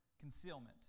concealment